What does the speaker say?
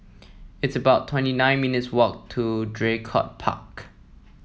it's about twenty nine minutes' walk to Draycott Park